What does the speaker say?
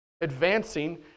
advancing